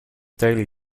daily